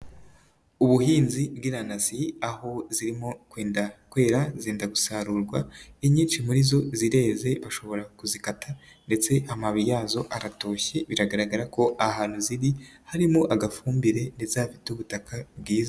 Ubuhinzi bw'inanasi aho zirimo kwenda kwera zenda gusarurwa, inyinshi muri zo zireze bashobora kuzikata ndetse amababi yazo agatoshye biragaragara ko ahantu ziri harimo agafumbire ndetse hafite ubutaka bwiza.